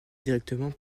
directement